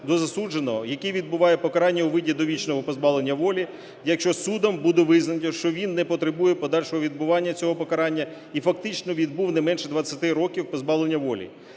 до засудженого, який відбуває покарання у виді довічного позбавлення волі, якщо судом буде визнано, що він не потребує подальшого відбування цього покарання і фактично відбув не менше 20 років позбавлення волі